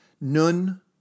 Nun